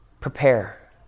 Prepare